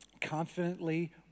confidently